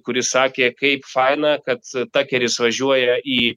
kuris sakė kaip faina kad takeris važiuoja į